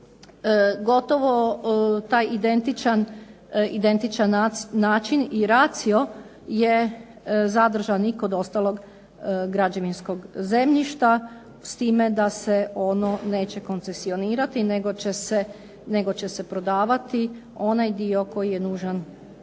Gotovo taj identičan način i ratio je zadržan kod ostalog građevinskog zemljišta s time da se ono neće koncesionirati nego će se prodavati onaj dio koji je nužan